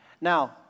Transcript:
Now